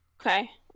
Okay